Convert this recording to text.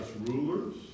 rulers